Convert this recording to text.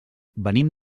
venim